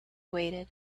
waited